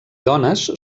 dones